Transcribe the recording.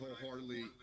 wholeheartedly